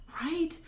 Right